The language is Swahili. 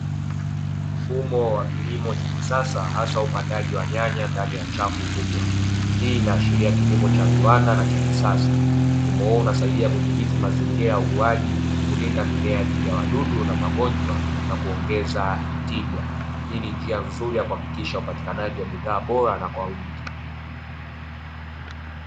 Mfumo wa kilimo cha kisasa hasa upandaji wa nyanya ndani ya safu kubwa, hii inaashiria kilimo cha viwanda na cha kisasa. Mfumo huu unasaidia kudhibiti mazingira ya ukuaji, kulinda mimea dhidi ya wadudu na magonjwa na kuongeza tija. Hii ni njia nzuri ya kuhakikisha upatikanaji wa bidhaa bora na kwa wingi.